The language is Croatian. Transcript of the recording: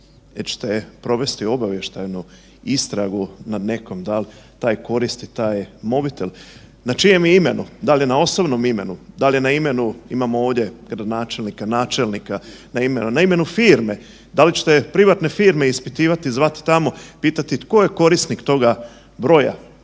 jer ćete provesti obavještajnu istragu nad nekom dal taj koristi taj mobitel, na čijem je imenu, da li je na osobnom imenu, da li je na imenu imamo ovdje gradonačelnika, načelnika, na imenu firme, da li ćete privatne firme ispitivati i zvati tamo, pitati tko je korisnik toga broja,